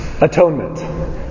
atonement